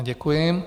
Děkuji.